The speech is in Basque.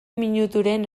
minuturen